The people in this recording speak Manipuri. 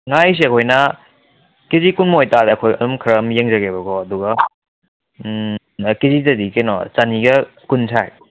ꯉꯥꯍꯩꯁꯦ ꯑꯩꯈꯣꯏꯅ ꯀꯦꯖꯤ ꯀꯨꯟꯃꯨꯛ ꯑꯣꯏ ꯇꯥꯔꯒꯗꯤ ꯑꯩꯈꯣꯏ ꯈꯔ ꯑꯗꯨꯝ ꯌꯦꯡꯖꯒꯦꯕꯀꯣ ꯑꯗꯨꯒ ꯎꯝ ꯀꯦꯖꯤꯗꯗꯤ ꯀꯩꯅꯣ ꯆꯥꯅꯤꯒ ꯀꯨꯟ ꯁꯥꯏ